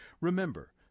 Remember